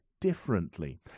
differently